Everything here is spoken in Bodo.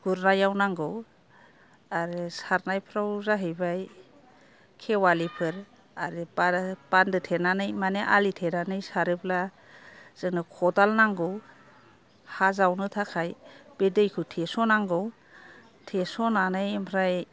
गुरनायाव नांगौ आरो सारनायफ्राव जाहैबाय खेवालिफोर आरो बान्दो थेनानै माने आलि थेनानै सारोब्ला जोंनो खदाल नांगौ हा जावनो थाखाय बे दैखौ थेस' नांगौ थेस'नानै ओमफ्राय